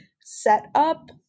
setup